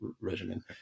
regimen